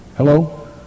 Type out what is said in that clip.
Hello